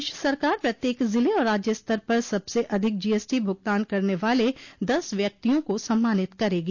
प्रदेश सरकार प्रत्येक जिले और राज्य स्तर पर सबसे अधिक जीएसटी भुगतान करने वाले दस व्यक्तियों को सम्मानित करेगी